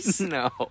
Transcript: No